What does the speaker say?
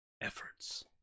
efforts